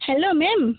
hello ma'am